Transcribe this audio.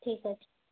ଠିକ ଅଛି